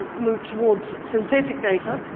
moved towards synthetic data,